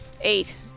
Eight